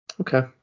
Okay